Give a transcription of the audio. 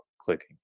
clicking